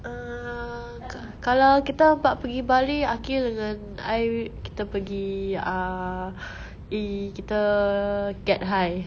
uh kalau kita empat pergi bali aqil dengan I kita pergi uh !ee! kita get high